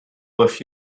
with